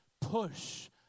Push